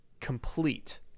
complete